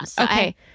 Okay